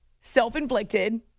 self-inflicted